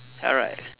alright